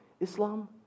Islam